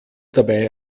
dabei